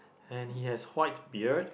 and he has white beard